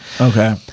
Okay